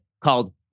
called